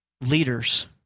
Leaders